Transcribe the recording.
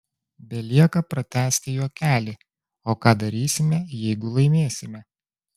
belieka pratęsti juokelį o ką darysime jeigu laimėsime